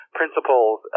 principles